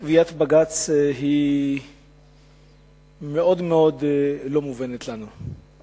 קביעת בג"ץ היא מאוד מאוד לא מובנת לנו.